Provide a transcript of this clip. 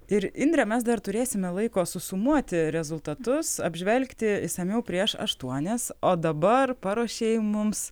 ir indre mes dar turėsime laiko susumuoti rezultatus apžvelgti išsamiau prieš aštuonias o dabar paruošei mums